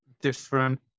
different